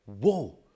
Whoa